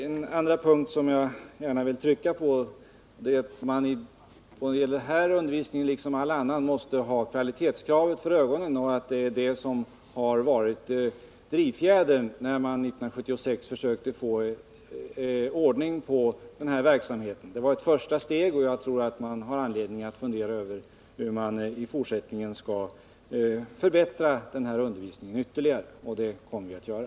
En andra punkt som jag gärna vill trycka på är att vi i denna undervisning, liksom i all annan, måste ha kvalitetskravet för ögonen. Det var det som var drivfjädern när man 1976 försökte få ordning på denna verksamhet. Det var ett första steg, och jag tror att vi har anledning att fundera över hur vi i fortsättningen ytterligare skall kunna förbättra denna undervisning — och det kommer vi att göra.